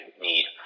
need